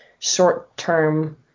short-term